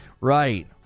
Right